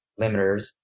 limiters